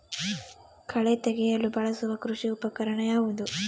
ಕಳೆ ತೆಗೆಯಲು ಬಳಸುವ ಕೃಷಿ ಉಪಕರಣ ಯಾವುದು?